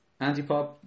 Antipop